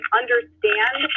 understand